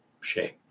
shape